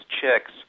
chicks